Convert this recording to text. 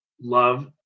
love